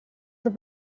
the